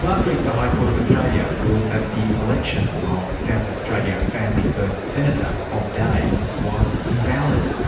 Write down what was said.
last week, the high court of australia ruled that the election of south australia family first senator bob day was invalid.